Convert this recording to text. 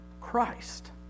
Christ